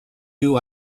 you